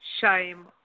shame